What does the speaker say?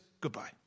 goodbye